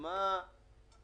לגבי מה